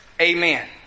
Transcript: Amen